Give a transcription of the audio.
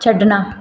ਛੱਡਣਾ